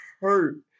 hurt